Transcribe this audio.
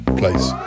place